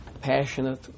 passionate